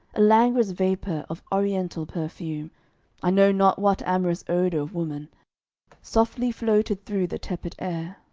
a languorous vapour of oriental perfume i know not what amorous odour of woman softly floated through the tepid air.